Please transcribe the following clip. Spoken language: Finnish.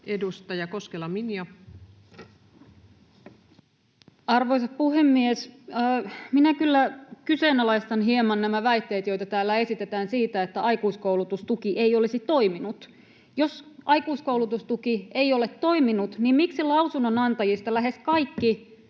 16:55 Content: Arvoisa puhemies! Minä kyllä kyseenalaistan hieman näitä väitteitä, joita täällä esitetään siitä, että aikuiskoulutustuki ei olisi toiminut. Jos aikuiskoulutustuki ei ole toiminut, niin miksi lausunnonantajista lähes kaikki